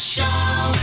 Show